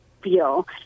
feel